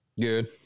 good